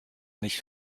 nicht